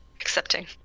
Accepting